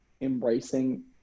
embracing